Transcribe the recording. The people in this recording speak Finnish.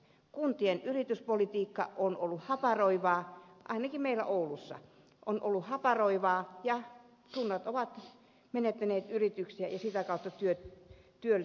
kuntien yrityspolitiikka on ollut haparoivaa ainakin meillä oulussa ja kunnat ovat menettäneet yrityksiä ja sitä kautta työpaikkoja